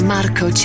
Marco